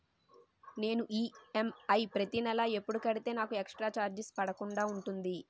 నేను ఈ.ఎం.ఐ ప్రతి నెల ఎపుడు కడితే నాకు ఎక్స్ స్త్ర చార్జెస్ పడకుండా ఉంటుంది?